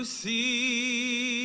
see